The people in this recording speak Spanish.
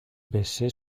besé